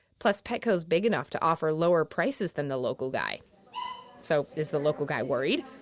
plus petco's big enough to offer lower prices than the local guy so, is the local guy worried?